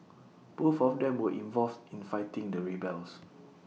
both of them were involved in fighting the rebels